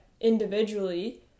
individually